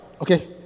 Okay